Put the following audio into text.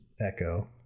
Echo